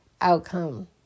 outcome